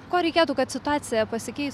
ko reikėtų kad situacija pasikeis